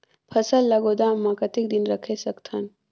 फसल ला गोदाम मां कतेक दिन रखे सकथन?